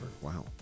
Wow